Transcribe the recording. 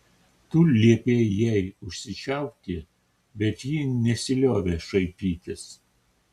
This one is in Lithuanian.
tu liepei jai užsičiaupti bet ji nesiliovė šaipytis